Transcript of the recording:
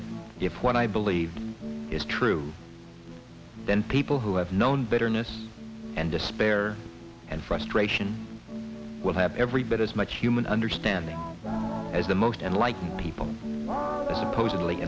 that if what i believe is true then people who have known bitterness and despair and frustration will have every bit as much human understanding as the most enlightened people supposedly